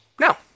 No